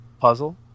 puzzle